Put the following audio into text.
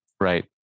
right